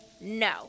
No